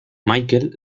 michael